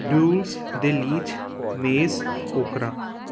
ਡਿਊਲਸ ਦਲੀਚ ਮੇਜ਼ ਓਕਰਾ